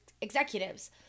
executives